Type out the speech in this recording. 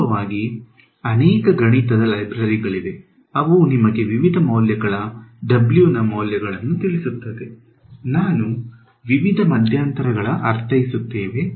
ವಾಸ್ತವವಾಗಿ ಅನೇಕ ಗಣಿತದ ಲೈಬ್ರರಿಗಳಿವೆ ಅವು ನಿಮಗೆ ವಿವಿಧ ಮೌಲ್ಯಗಳ w ನ ಮೌಲ್ಯಗಳನ್ನು ತಿಳಿಸುತ್ತದೆ ನಾನು ವಿವಿಧ ಮಧ್ಯಂತರಗಳು ಅರ್ಥೈಸುತ್ತೇನೆ